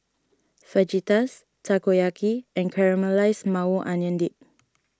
Fajitas Takoyaki and Caramelized Maui Onion Dip